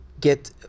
get